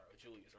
Julius